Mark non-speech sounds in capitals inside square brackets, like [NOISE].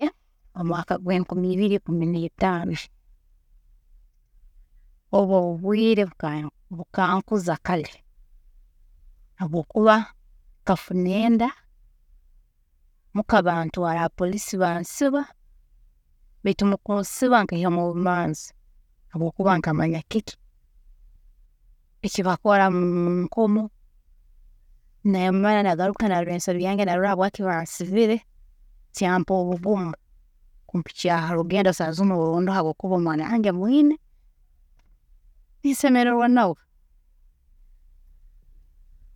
[HESITATION] Omwaaka gwenkumi ibiri ikumi neitano, obwo obwiire buka bukankuza kare habwokuba nkafuna enda muka bantwaara ha police bansiba, baitu mukunsiba nkaihamu obumanzi habwokuba nkamanya kiki ekibakora munkomo, nayongera nagaruka narola ensobi yange narola habwaaki bansibire, kyampa obugumu kumpikya harugendo na saaha zinu orundoho habwokuba omwaana wange mwiine, ninsemererwa nawe.